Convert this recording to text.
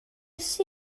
fath